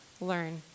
learn